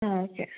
okay